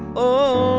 oh,